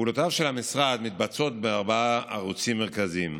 פעולותיו של המשרד מתבצעות בארבעה ערוצים מרכזיים: